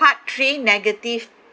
part three negative